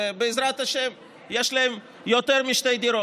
ובעזרת השם יש להם יותר משתי דירות.